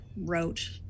wrote